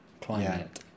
climate